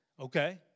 okay